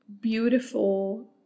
beautiful